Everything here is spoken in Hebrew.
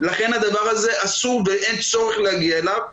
לכן הדבר הזה אסור ואין צורך להגיע אליו,